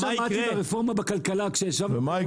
ומה יקרה אם בינתיים ישבו?